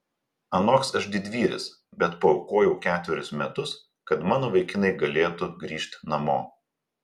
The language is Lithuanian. anoks aš didvyris bet paaukojau ketverius metus kad mano vaikinai galėtų grįžt namo